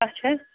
اچھا حظ